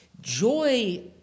Joy